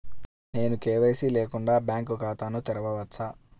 నేను కే.వై.సి లేకుండా బ్యాంక్ ఖాతాను తెరవవచ్చా?